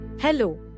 Hello